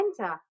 enter